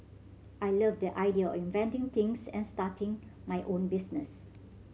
I love the idea of inventing things and starting my own business